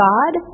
God